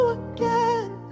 again